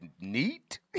neat